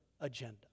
agenda